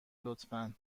لطفا